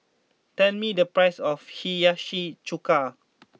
tell me the price of Hiyashi Chuka